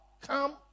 come